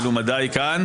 מלומדיי כאן.